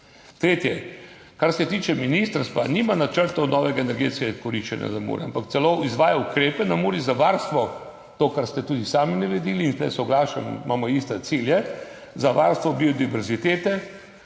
Tretje, kar se tiče ministrstva, le-to nima načrtov novega energetskega koriščenja za Muro, ampak celo izvaja ukrepe na Muri za varstvo, to, kar ste tudi sami naredili. In tu soglašam, imamo iste cilje za varstvo biodiverzitete,